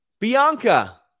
Bianca